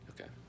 Okay